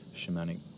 shamanic